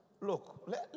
Look